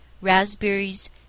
raspberries